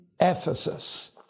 Ephesus